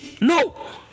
No